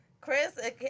Chris